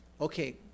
okay